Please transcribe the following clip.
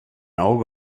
auge